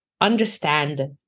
understand